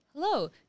hello